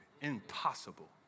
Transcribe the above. Impossible